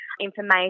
information